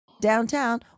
downtown